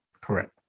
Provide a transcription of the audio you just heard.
Correct